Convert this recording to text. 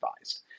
advised